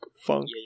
funk